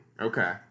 Okay